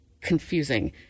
confusing